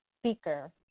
speaker